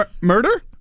Murder